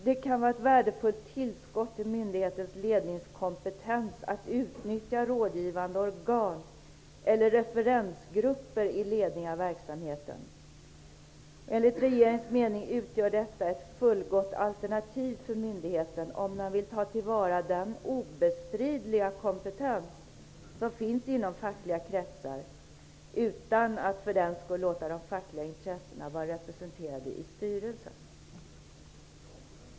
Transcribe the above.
Det kan vara ett värdefullt tillskott till myndighetens ledningskompetens att utnyttja rådgivande organ eller referensgrupper i ledning av verksamheten. Enligt regeringens mening utgör detta ett fullgott alternativ för myndigheten, om den vill ta till vara den obestridliga kompetens som finns inom fackliga kretsar, utan att för den skull låta de fackliga intressena vara representerade i styrelsen.